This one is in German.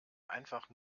einfach